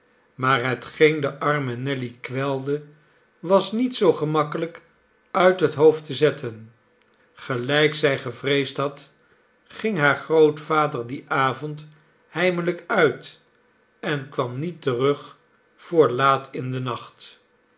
maar hetgeen de arme nelly kwelde was niet zoo gemakkelijk uit het hoofd te zetten gelijk zij gevreesd had ging haar grootvader dien avond heimelijk uit en kwam niet terug voor laat in den nacht